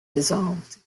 dissolved